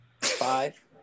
Five